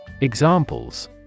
Examples